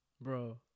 Bro